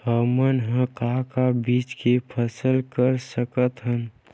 हमन ह का का बीज के फसल कर सकत हन?